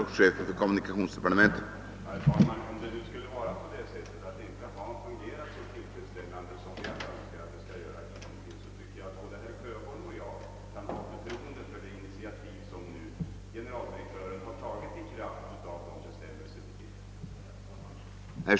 Herr talman!